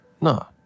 No